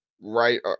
right